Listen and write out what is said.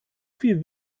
viel